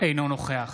אינו נוכח